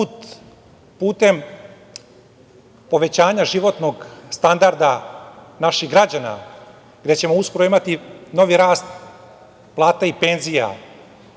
putem povećanja životnog standarda naših građana, gde ćemo uskoro imati novi rast plata i penzija.